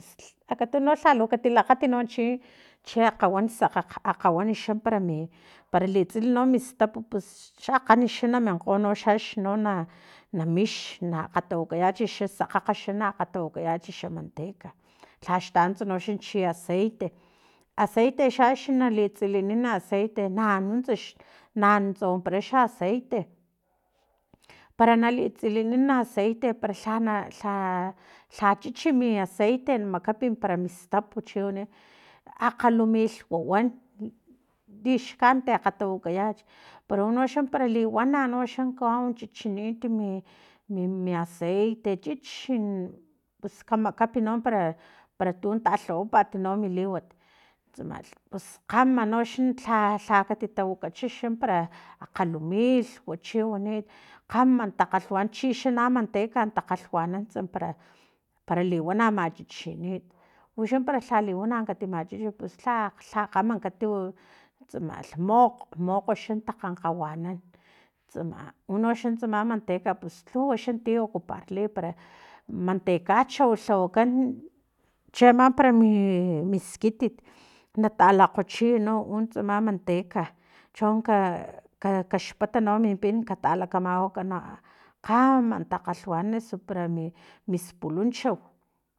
Akatuno lha lu katilakgat no chi chi akgawan sakgakg akgawani xa para mi para litsil no min stapu pus xakgani xa na minkgo noxaxni na mix na akgatawakayach xa sakgakga no xa akgatawakayach xa manteca lhax tanuntsa no xa chi aceite aceite xax nali tsilinin aceite nanuntsa xa nanuntsa wanpara xa aceite para na litsilinan aceite para lha lhana lha lha chichi mi aceite makap para mi tsapu chi wani akgalimilhwawan lixkanit akgawakayach para unoxa para liwana noxa kawau chichiniti mi mi aceite chichi n pus kamakapino para para tu talhawapat no mi liwat tsamalh kgamanoxa lha lha kati tawakgacha xa para akgalimiuj chi wani kgama takgalhwanan chixana manteca takgalgwanantsa para para liwana machichinit uxa para lha liwana kati machich pus lha kgama katiwa lu mokg mokg xa takgankgawanan tsama unoxa tsama manteca pus lhuw xa ti ocuparli para mantecauchau lhawakan cheama para mi miskitit natalakgochit no unotsama manteca chonka kaxpat no min pin katalakamawaka no kgama takgalhwanan eso para mi mispulunchaw